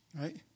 Right